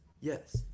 yes